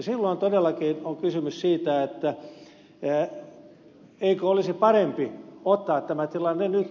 silloin todellakin on kysymys siitä eikö olisi parempi ottaa tämä tilanne nyt